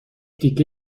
تیکه